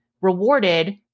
rewarded